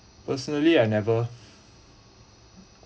personally I've never